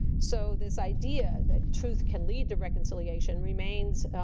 so, this idea that truth can lead to reconciliation remains